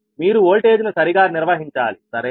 మీరు ఓల్టేజ్ ను సరిగా నిర్వహించాలి సరేనా